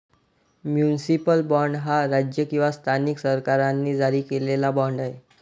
municipal bond हा राज्य किंवा स्थानिक सरकारांनी जारी केलेला बाँड आहे